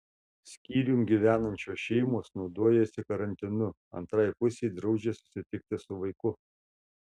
skyrium gyvenančios šeimos naudojasi karantinu antrai pusei draudžia susitikti su vaiku